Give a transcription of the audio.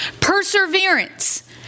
Perseverance